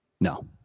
No